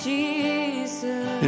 Jesus